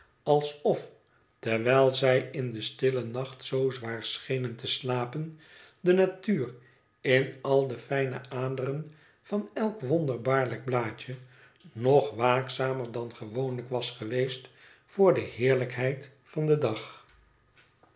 alsof terwijl zij in den stillen nacht zoo zwaar schenen te slapen de natuur in al de fijne aderen van elk wonderbaarlijk blaadje nog waakzamer dan gewoonlijk was geweest voor de heerlijkheid van den dag